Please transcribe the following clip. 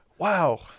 Wow